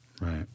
Right